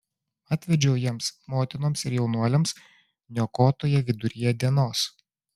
atvedžiau jiems motinoms ir jaunuoliams niokotoją viduryje dienos